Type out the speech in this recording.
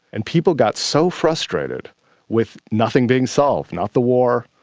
and people got so frustrated with nothing being solved, not the war,